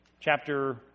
Chapter